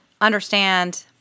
understand